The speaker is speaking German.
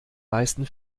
meisten